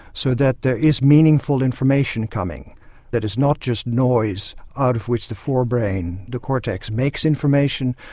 so that there is meaningful information coming that is not just noise out of which the forebrain, the cortex, makes information,